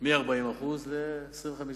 מ-40% ל-25%,